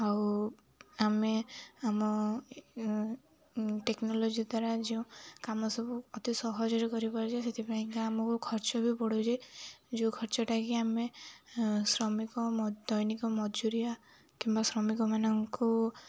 ଆଉ ଆମେ ଆମ ଟେକ୍ନୋଲୋଜି ଦ୍ୱାରା ଯେଉଁ କାମ ସବୁ ଅତି ସହଜରେ କରିପାରୁଛେ ସେଥିପାଇଁକା ଆମକୁ ଖର୍ଚ୍ଚ ବି ପଡ଼ୁଛି ଯୋଉ ଖର୍ଚ୍ଚଟାକି ଆମେ ଶ୍ରମିକ ଦୈନିକ ମଜୁରିଆ କିମ୍ବା ଶ୍ରମିକମାନଙ୍କୁ